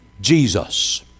Jesus